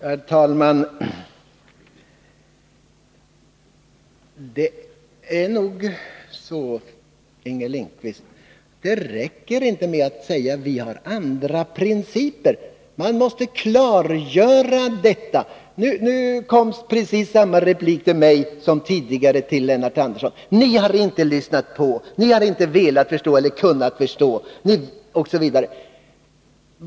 Herr talman! Det räcker inte, Inger Lindquist, att säga: Vi har andra principer. Man måste klargöra vilka de är. Nu kom precis samma replik till mig som tidigare till Lennart Andersson: Ni har inte lyssnat, ni har inte velat förstå eller kunnat förstå, osv.